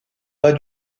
bas